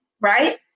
right